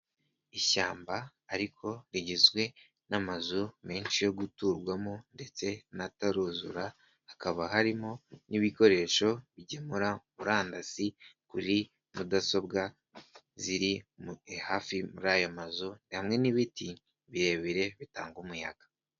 Ishyamba ariko rigizwe n'amazu menshi yo guturwamo, ndetse n'ataruzura hakaba harimo n'ibikoresho bigemura murandasi kuri mudasobwa ziri hafi muri ayo mazu, hamwe n'ibiti birebire bitanga umuyaga.